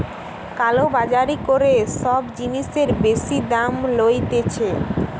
কালো বাজারি করে সব জিনিসের বেশি দাম লইতেছে